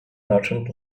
merchant